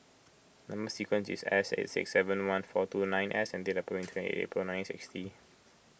Number Sequence is S eight six seven one four two nine S and date of birth is twenty eight April nine sixty